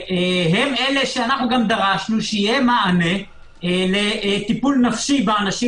הם אלה שגם דרשנו שיהיה מענה לטיפול נפשי באנשים